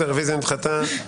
הרביזיה נדחתה.